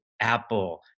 Apple